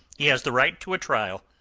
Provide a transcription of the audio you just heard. he has the right to trial,